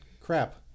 crap